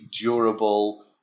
durable